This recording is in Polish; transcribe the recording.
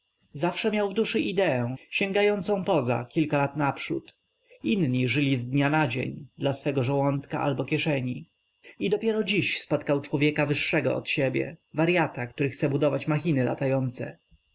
zawsze miał w duszy ideę sięgającą poza kilka lat naprzód inni żyli z dnia na dzień dla swego żołądka albo kieszeni i dopiero dziś spotkał człowieka wyższego od siebie waryata który chce budować machiny latające